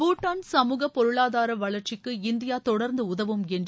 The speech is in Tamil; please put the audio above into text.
பூடாளின் சமூக பொருளாதார வளர்ச்சிக்கு இந்தியா தொடர்ந்து உதவும் என்று